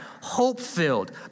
hope-filled